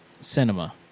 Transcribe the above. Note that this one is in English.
cinema